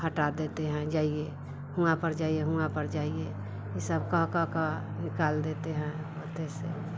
हटा देते हैं जाईए हुआ पर जाईए हुआ पर जाईए ई सब का का का निकाल देते हैं ओते से